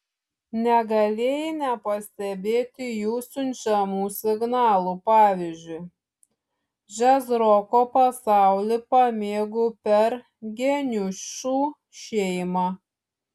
negalėjai nepastebėti jų siunčiamų signalų pavyzdžiui džiazroko pasaulį pamėgau per geniušų šeimą